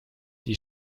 die